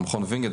במכון וינגייט,